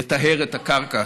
לטהר את הקרקע.